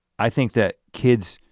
i think that kids